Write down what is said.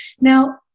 Now